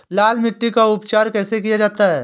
लाल मिट्टी का उपचार कैसे किया जाता है?